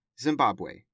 Zimbabwe